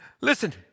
Listen